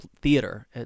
theater